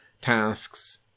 tasks